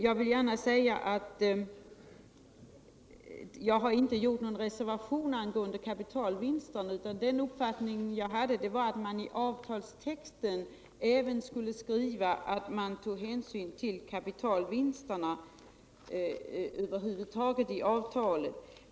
Jag har inte gjort någon reservation angående kapitalvinsterna, utan jag hade den uppfattningen att man iavtalstexten även skulle skriva att man tog hänsyn till kapitalvinsterna över huvud taget i avtalet.